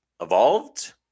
evolved